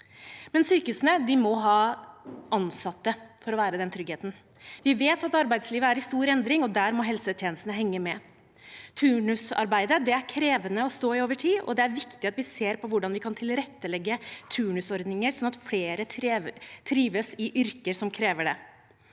men sykehusene må ha ansatte for å være den tryggheten. Vi vet at arbeidslivet er i stor endring, og der må helsetjenestene henge med. Turnusarbeidet er krevende å stå i over tid, og det er viktig at vi ser på hvordan vi kan tilrettelegge turnusordninger, sånn at flere trives i yrker som krever det.